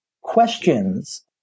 questions